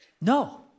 No